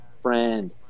friend